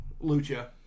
Lucha